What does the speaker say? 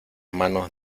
manos